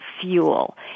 fuel